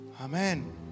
Amen